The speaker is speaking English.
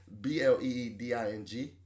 B-L-E-E-D-I-N-G